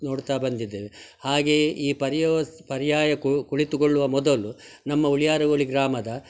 ನೋಡುತ್ತಾ ಬಂದಿದ್ದೇವೆ ಹಾಗೆಯೇ ಈ ಪರ್ಯಾಯ ಉಸ್ ಪರ್ಯಾಯ ಕುಳಿತುಕೊಳ್ಳುವ ಮೊದಲು ನಮ್ಮ ಉಳಿಯಾರು ಗೋಳಿ ಗ್ರಾಮದ